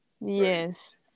Yes